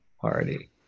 party